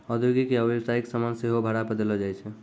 औद्योगिक या व्यवसायिक समान सेहो भाड़ा पे देलो जाय छै